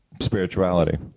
Spirituality